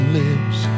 lives